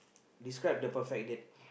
describe the perfect date